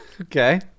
Okay